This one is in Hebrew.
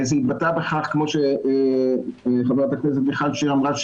זה התבטא בכך כמו שח"כ מיכל שיר אמרה,